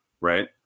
right